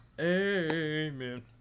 amen